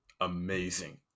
amazing